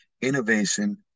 innovation